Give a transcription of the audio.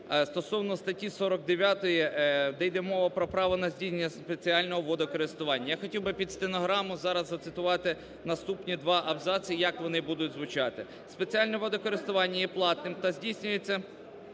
стосовно статті 49, де йде мова про право на здійснення спеціального водокористування. Я хотів би під стенограму зараз зацитувати наступні 2 абзаци як вони будуть звучати. "Спеціальне водокористування є платним та здійснюється